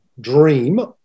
dream